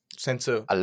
Sensor